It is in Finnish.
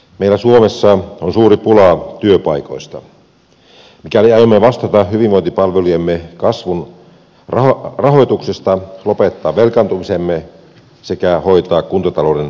meillä suomessa on suuri pula työpaikoista mikäli aiomme vastata hyvinvointipalvelujemme kasvun rahoituksesta lopettaa velkaantumisemme sekä hoitaa kuntatalouden raiteille